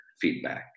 feedback